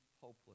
hopeless